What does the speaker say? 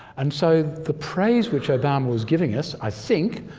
and so the praise which obama was giving us, i think,